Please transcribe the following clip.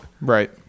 Right